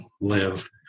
live